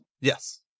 Yes